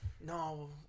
No